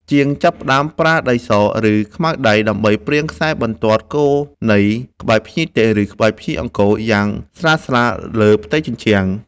ជាងចាប់ផ្ដើមប្រើដីស ឬខ្មៅដៃដើម្បីព្រាងខ្សែបន្ទាត់គោលនៃក្បាច់ភ្ញីទេស ឬក្បាច់ភ្ញីអង្គរយ៉ាងស្រាលៗលើផ្ទៃជញ្ជាំង។